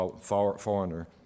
foreigner